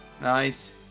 Nice